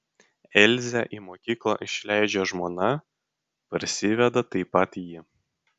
elzę į mokyklą išleidžia žmona parsiveda taip pat ji